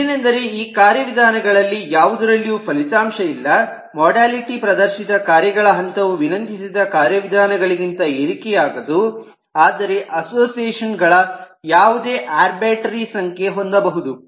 ಇದೇನೆಂದರೆ ಈ ಕಾರ್ಯವಿಧಾನಗಳಲ್ಲಿ ಯಾವುದರಲ್ಲಿಯೂ ಫಲಿತಾಂಶ ಇಲ್ಲ ಮೊಡಾಲಿಟಿ ಪ್ರದರ್ಶಿತ ಕಾರ್ಯಗಳ ಹಂತವು ವಿನಂತಿಸಿದ ಕಾರ್ಯವಿಧಾನಗಳಿಗಿಂತ ಏರಿಕೆಯಾಗದು ಆದರೆ ಅಸೋಸಿಯೇಷನ್ ಗಳ ಯಾವುದೇ ಆರ್ಬಿಟ್ರೇರಿ ಸಂಖ್ಯೆ ಹೊಂದಬಹುದು